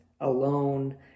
alone